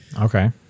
Okay